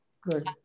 Good